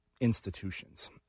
institutions